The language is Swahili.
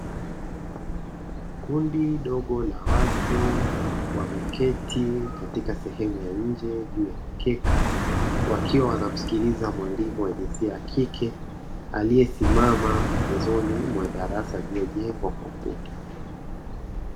Kundi dogo la watu wameketi katika sehemu ya nje juu ya mkeka, wakiwa wanamsikiliza mwalimu wa jinsia ya kike aliyesimama pembezoni mwa darasa lililojengwa kwa ukuta.